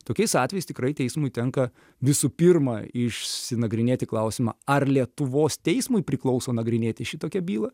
tokiais atvejais tikrai teismui tenka visų pirma išsinagrinėti klausimą ar lietuvos teismui priklauso nagrinėti šitokią bylą